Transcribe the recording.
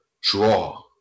draw